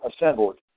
assembled